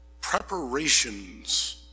preparations